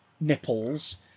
nipples